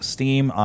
Steam